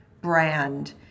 brand